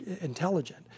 intelligent